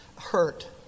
hurt